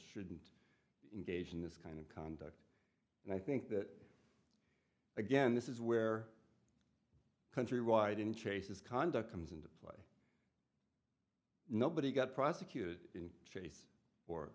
shouldn't engage in this kind of conduct and i think that again this is where countrywide in chase's conduct comes into play nobody got prosecuted in chase or